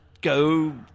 Go